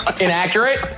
Inaccurate